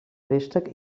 préstec